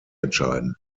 entscheiden